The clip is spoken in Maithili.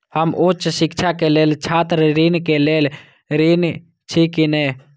हम उच्च शिक्षा के लेल छात्र ऋण के लेल ऋण छी की ने?